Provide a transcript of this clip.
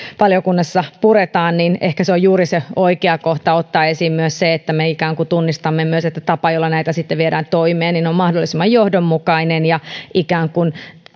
valiokunnassa puretaan niin ehkä se on juuri se oikea kohta ottaa esiin myös se että me tunnistamme myös että tapa jolla näitä sitten viedään toimeen on mahdollisimman johdonmukainen ja